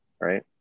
right